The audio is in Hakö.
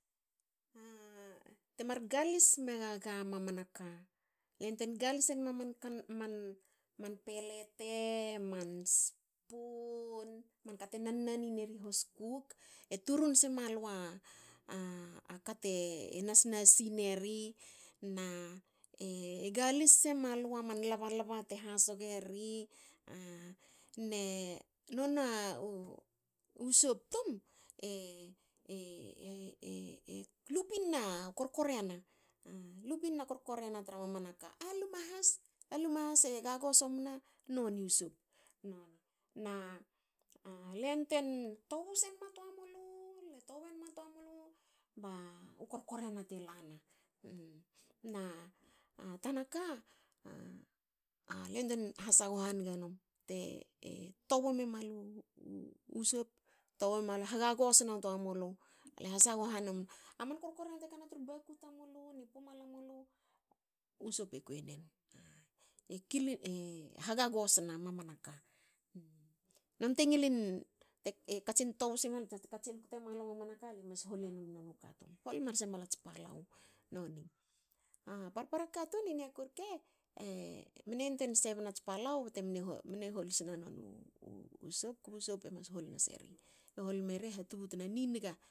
A temar galis megaga mamana ka. yantuein galis enma man kan man pelete. man spun. man ka te nan- nani neri hoskuk e turun semalua a kate nas nasi neri na e galis semalua man lbalba te hasogeri ne nona u sop tum e lupina korkorena. Lupina na korkorena tra mamanaka. a luma has a luma has e gagoso mna noni u sop, noni. Na le yantuein ttobu senma tualmulu. le ttobu en ma tuamulu ba u korkorena te la na. Na tanaka ale yantwei sagho hange num te ttobu memalu u sop. ttobu memalu. e haguagosona tomulu. Ale sagho e num u korkorena te kana tru baku tamulu ni pumalamulu, u sop e kuiena. e kiling e hagoagosena mamanaka. Non te ngilin. te katsin ttobu simalu. te katsin kto malu a mamanaka. ale mas holenum a nona ka tum. hol nase malu ats palou. noni. A parpara katun i niaku rke mne yantuein sbe snats palau bte mne hol sne u sop kba sop e mas hol has eri. Hol meri e hatubna ninga.